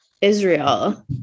Israel